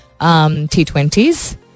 T20s